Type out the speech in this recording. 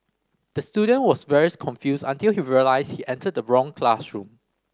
the student was very confused until he realised he entered the wrong classroom